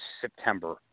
September